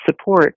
support